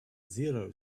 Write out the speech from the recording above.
zero